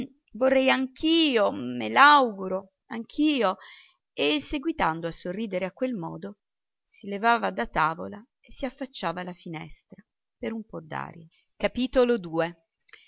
vorrei anch'io me l'auguro anch'io e seguitando a sorridere a quel modo si levava da tavola e si affacciava alla finestra per un po